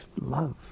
love